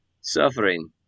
suffering